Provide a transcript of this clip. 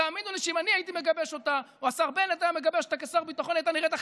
השר ביטון.